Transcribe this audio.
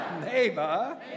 neighbor